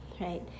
right